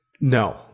No